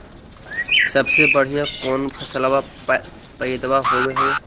सबसे बढ़िया कौन फसलबा पइदबा होब हो?